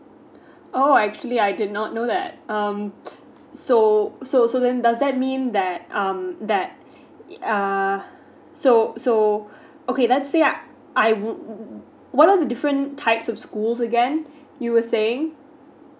oh actually I did not know that um so so so then does that mean that um that uh so so okay let's say I would wo~ what are the different types of schools again you were saying